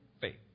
faith